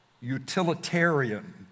utilitarian